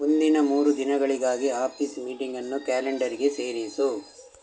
ಮುಂದಿನ ಮೂರು ದಿನಗಳಿಗಾಗಿ ಆಫೀಸ್ ಮೀಟಿಂಗ್ ಅನ್ನು ಕ್ಯಾಲೆಂಡರಿಗೆ ಸೇರಿಸು